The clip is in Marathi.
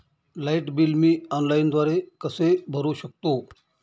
लाईट बिल मी ऑनलाईनद्वारे कसे भरु शकतो?